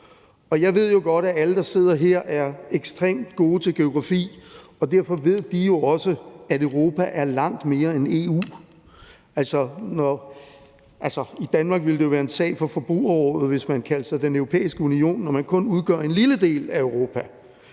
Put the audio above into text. Jeg ved jo godt, at alle, der sidder her, er ekstremt gode til geografi, og derfor ved de også, at Europa er langt mere end EU. I Danmark ville det jo være en sag for Forbrugerrådet, hvis man kaldte sig Den Europæiske Union, når man kun udgør en lille del af Europa